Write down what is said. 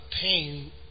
pain